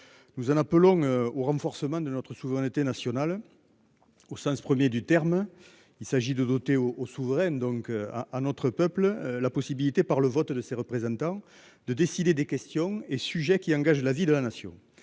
Nous en appelons au renforcement de notre souveraineté nationale. Au sens 1er du terme. Il s'agit de doter o souveraine donc à à notre peuple la possibilité par le vote de ses représentants, de décider des questions et sujets qui engagent la vie de la nation.